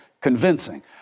convincing